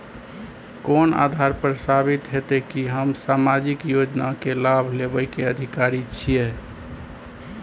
कोन आधार पर साबित हेते की हम सामाजिक योजना के लाभ लेबे के अधिकारी छिये?